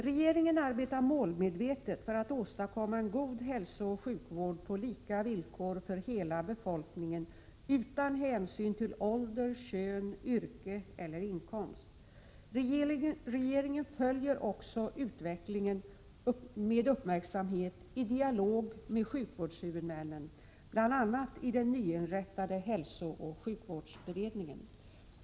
Regeringen arbetar målmedvetet för att åstadkomma en god hälsooch sjukvård på lika villkor för hela befolkningen utan hänsyn till ålder, kön, yrke eller inkomst. Regeringen följer också utvecklingen med uppmärksamhet i dialog med sjukvårdshuvudmännen — bl.a. i den nyinrättade hälsocoh sjukvårdsberedningen.